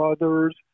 others